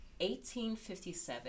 1857